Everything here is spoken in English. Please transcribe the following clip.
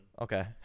Okay